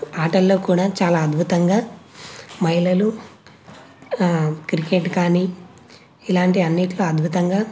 ఆటల్లో కూడా చాలా అద్భుతంగా మహిళలు క్రికెట్ కానీ ఇలాంటి అన్నిటిలో అద్భుతంగా